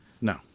No